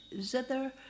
zither